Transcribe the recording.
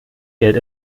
geld